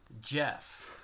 Jeff